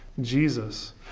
Jesus